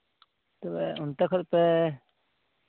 ᱛᱚᱵᱮ ᱚᱱᱛᱮ ᱠᱷᱚᱱ ᱯᱮ